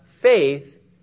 faith